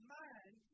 mind